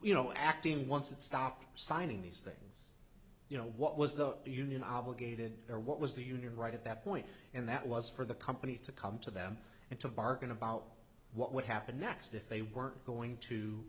you know acting once it stopped signing these things you know what was the union obligated or what was the unit right at that point and that was for the company to come to them and to bargain about what would happen next if they were going to